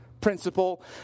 principle